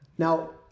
Now